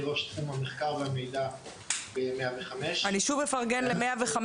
אני ראש תחום המחקר והמידע 105. שוב אפרגן ל-105.